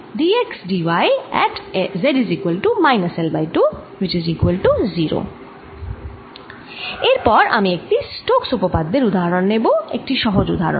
এর পর আমি একটি স্টোক্স উপপাদ্যের উদাহরণ নেব একটি সহজ উদাহরণ